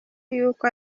yuko